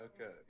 Okay